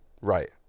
Right